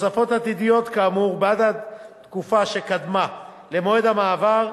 ותוספות עתידיות כאמור בעד התקופה שקדמה למועד המעבר,